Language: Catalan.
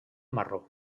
marró